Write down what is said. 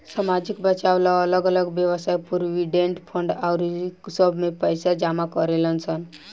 सामाजिक बचाव ला अलग अलग वयव्साय प्रोविडेंट फंड आउर सब में पैसा जमा करेलन सन